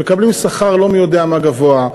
מקבלים שכר לא מי-יודע-מה גבוה,